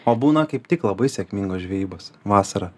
o būna kaip tik labai sėkmingos žvejybos vasarą